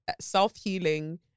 self-healing